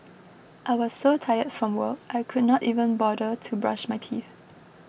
I was so tired from work I could not even bother to brush my teeth